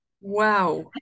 wow